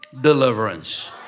deliverance